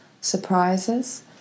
surprises